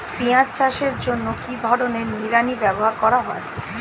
পিঁয়াজ চাষের জন্য কি ধরনের নিড়ানি ব্যবহার করা হয়?